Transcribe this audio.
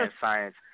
science